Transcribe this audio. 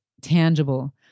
tangible